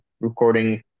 recording